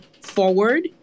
forward